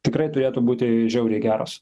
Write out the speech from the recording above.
tikrai turėtų būti žiauriai geros